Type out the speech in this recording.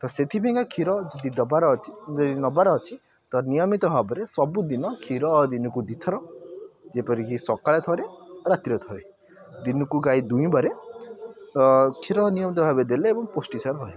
ତ ସେଥିପାଇଁ କା କ୍ଷୀର ଯଦି ଦେବାର ଅଛି ଯଦି ନେବାର ଅଛି ତ ନିୟମିତ ଭାବରେ ସବୁଦିନ କ୍ଷୀର ଦିନକୁ ଦୁଇଥର ଯେପରି କି ସକାଳେ ଥରେ ଆଉ ରାତିରେ ଥରେ ଦିନକୁ ଗାଈ ଦୁଇଁବାରେ ତ କ୍ଷୀର ନିୟମୀତ ଭାବରେ ଦେଲେ ଏବଂ ପୃଷ୍ଟିସାର ରହିବ